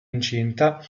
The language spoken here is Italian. incinta